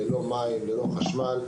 ללא מים וללא חשמל.